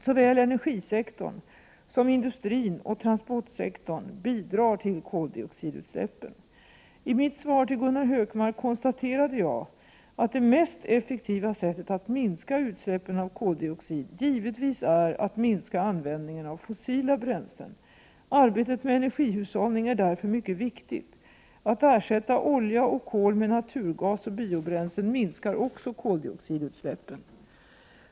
Såväl energisektorn som industrin och transportsektorn bidrar till koldioxidutsläppen. I mitt svar till Gunnar Hökmark konstaterade jag att det mest effektiva sättet att minska utsläppen av koldioxid givetvis är att minska användningen av fossila bränslen. Arbetet med energihushållning är därför mycket viktigt. Att ersätta olja och kol med naturgas och biobränslen minskar också koldioxidutsläppen.